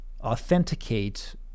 authenticate